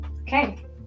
okay